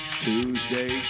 Tuesday